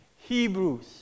Hebrews